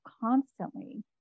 constantly